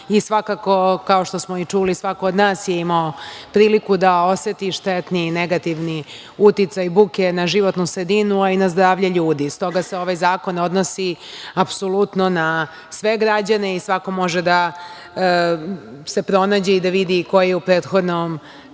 i svakako, kao što smo i čuli, svako od nas je imao priliku da oseti štetni i negativni uticaj buke na životnu sredinu, a i na zdravalje ljudi. Stoga se ovaj zakon odnosi apsolutno na sve građane i svako može da se pronađe i da vidi ko je u prethodnom nekom